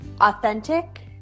authentic